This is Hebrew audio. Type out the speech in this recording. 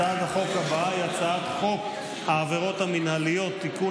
הצעת החוק הבאה היא הצעת חוק העבירות המינהליות (תיקון,